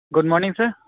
good morning sir